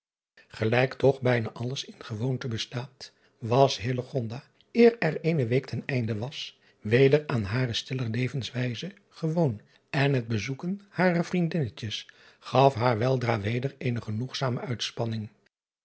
elijk toch bijna alles in gewoonte bestaat was eer er eene week ten einde was weder aan hare stiller levenswijze gewoon en het bezoeken harer vriendinnetjes gaf haar weldra weder eene genoegzame uitspanning